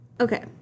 Okay